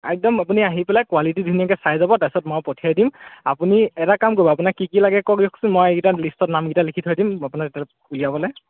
একদম আপুনি আহি পেলাই কুৱালিটি ধুনীয়াকৈ চাই যাব তাৰপিছত মই পঠিয়াই দিম আপুনি এটা কাম কৰিব আপোনাক কি কি লাগে কওক দিয়কচোন মই এইকেইটা লিষ্টত নামকেইটা লিখি থৈ দিম আপোনাক তেতিয়ালৈ উলিয়াবলৈ